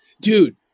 Dude